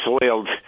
soiled